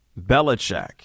Belichick